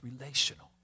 Relational